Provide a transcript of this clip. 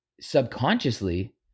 subconsciously